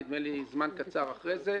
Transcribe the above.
נדמה לי שזמן קצר אחרי זה.